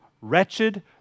wretched